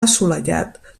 assolellat